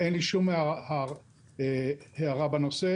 אין לי שום הערה בנושא.